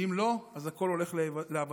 ואם לא, הכול הולך לאבדון.